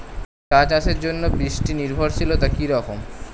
চা চাষের জন্য বৃষ্টি নির্ভরশীলতা কী রকম?